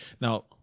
Now